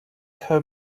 her